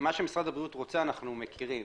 מה שמשרד הבריאות רוצה אנחנו מכירים.